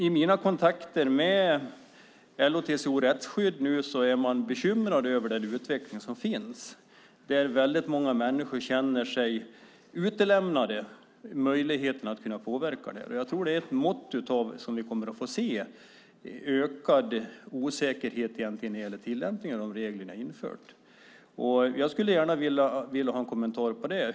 I mina kontakter med LO-TCO Rättsskydd har jag fått veta att man är bekymrad över utvecklingen nu, där väldigt många människor känner sig utelämnade och inte känner någon möjlighet att påverka. Jag tror att vi kommer att få se ökad osäkerhet när det gäller tillämpningen av de regler ni har infört. Jag skulle gärna vilja ha en kommentar till det.